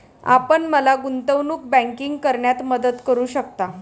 आपण मला गुंतवणूक बँकिंग करण्यात मदत करू शकता?